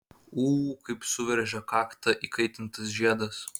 ū kaip suveržė kaktą įkaitintas žiedas